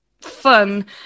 fun